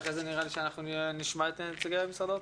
ואחרי זה נראה לי שנשמע את נציגי משרד האוצר.